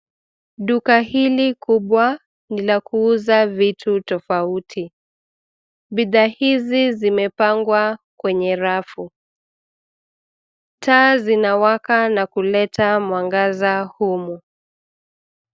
Duka hili kubwa ni la kuuza vitu tofauti. Bidhaa hizi zimepangwa kwenye rafu. Taa zinawaka na kuleta mwangaza humu.